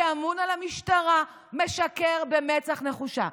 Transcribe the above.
שאמון על המשטרה, משקר במצח נחושה?